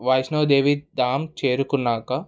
Vaishnavi Devi Dham చేరుకున్నాక